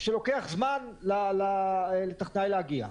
שלוקח זמן לטכנאי להגיע.